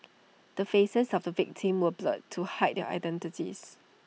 the faces of the victims were blurred to hide their identities